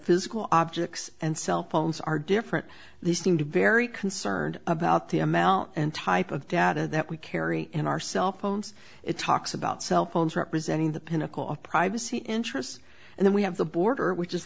physical objects and cell phones are different they seem to be very concerned about the amount and type of data that we carry in our cell phones it talks about cell phones representing the pinnacle of privacy interests and then we have the border which is